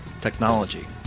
Technology